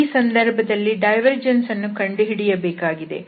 ಈ ಸಂದರ್ಭದಲ್ಲಿ ಡೈವರ್ಜೆನ್ಸ್ ಅನ್ನು ಕಂಡುಹಿಡಿಯಬೇಕಾಗಿದೆ